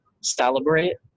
celebrate